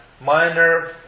minor